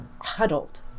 huddled